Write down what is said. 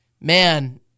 man